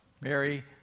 Mary